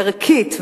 ערכית,